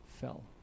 fell